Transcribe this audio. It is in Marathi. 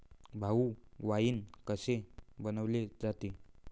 भाऊ, वाइन कसे बनवले जाते?